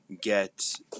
get